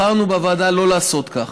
בחרנו בוועדה שלא לעשות כך,